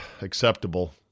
acceptable